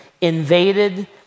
invaded